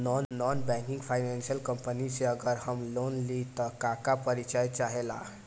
Non banking financial company से अगर हम लोन लि त का का परिचय चाहे ला?